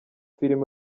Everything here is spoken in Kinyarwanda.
film